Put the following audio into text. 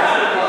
רחוק מזה.